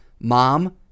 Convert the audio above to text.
mom